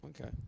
Okay